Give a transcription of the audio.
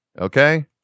Okay